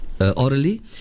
orally